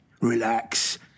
relax